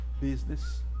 business